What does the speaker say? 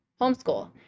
homeschool